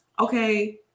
Okay